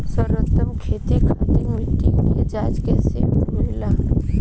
सर्वोत्तम खेती खातिर मिट्टी के जाँच कईसे होला?